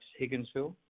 Higginsville